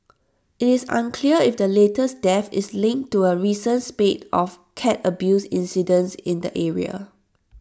IT is unclear if the latest death is linked to A recent spate of cat abuse incidents in the area